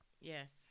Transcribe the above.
Yes